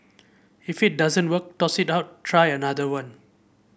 if it doesn't work toss it out try another one